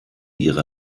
ihre